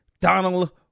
Donald